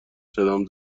صدام